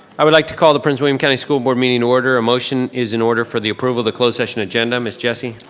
i would like to call the prince william county school board meeting in order. a motion is in order for the approval of the closed session agenda, ms. jessie.